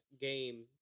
game